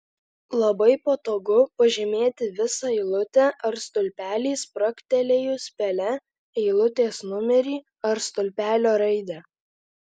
labai patogu pažymėti visą eilutę ar stulpelį spragtelėjus pele eilutės numerį ar stulpelio raidę